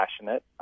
passionate